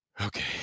okay